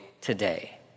today